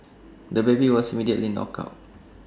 the baby was immediately knocked out